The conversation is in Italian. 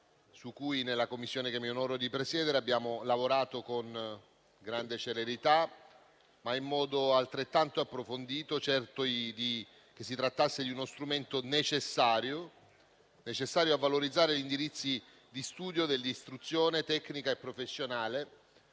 su cui nella Commissione che mi onoro di presiedere abbiamo lavorato con grande celerità, ma in modo altrettanto approfondito, certi che si trattasse di uno strumento necessario a valorizzare gli indirizzi di studio dell'istruzione tecnica e professionale,